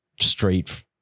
straight